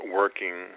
working